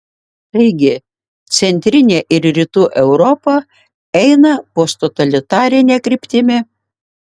taigi centrinė ir rytų europa eina posttotalitarine kryptimi